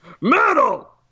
Metal